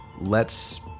lets